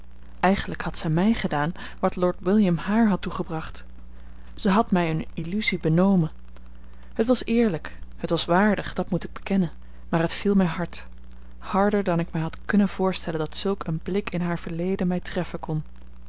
eigenlijk had zij mij gedaan wat lord william haar had toegebracht zij had mij eene illusie benomen het was eerlijk het was waardig dat moet ik bekennen maar het viel mij hard harder dan ik mij had kunnen voorstellen dat zulk een blik in haar verleden mij treffen kon